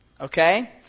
Okay